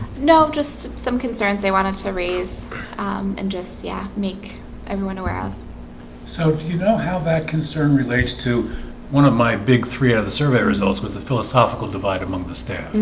no, just some concerns. they wanted to raise and just yeah make everyone aware of so, do you know how that concern relates to one of my big three out of the survey results with the philosophical divide among the staff